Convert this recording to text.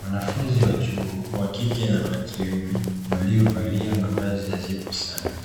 Wanafunzi wa chuo wa kike na wa kiume, waliovalia mavazi nadhifu sana,